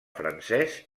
francès